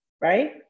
right